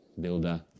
builder